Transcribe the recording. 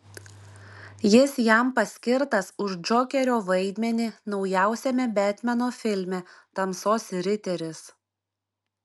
jis jam paskirtas už džokerio vaidmenį naujausiame betmeno filme tamsos riteris